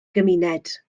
gymuned